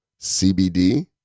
cbd